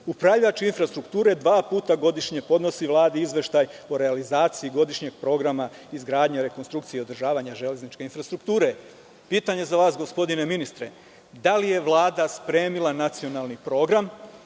Upravljač infrastrukture dva puta godišnje podnosi Vladi izveštaj o realizaciji godišnjeg programa izgradnje, rekonstrukcije i održavanje železničke infrastrukture. Pitanje za vas gospodine ministre – da li je Vlada spremila nacionalni program?